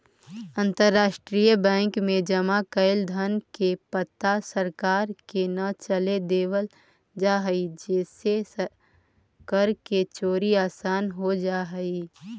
अंतरराष्ट्रीय बैंक में जमा कैल धन के पता सरकार के न चले देवल जा हइ जेसे कर के चोरी आसान हो जा हइ